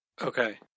Okay